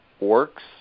works